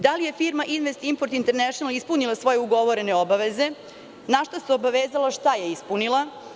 Da li je firma „Invest Import International“ ispunila svoje ugovorene obaveze? na šta se obavezala i šta je ispunila?